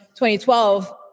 2012